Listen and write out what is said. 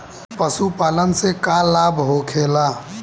पशुपालन से का लाभ होखेला?